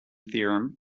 theorem